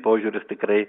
požiūris tikrai